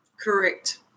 Correct